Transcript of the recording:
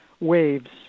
waves